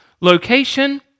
location